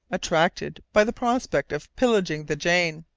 attracted by the prospect of pillaging the jane.